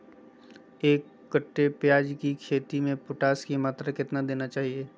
एक कट्टे प्याज की खेती में पोटास की मात्रा कितना देना चाहिए?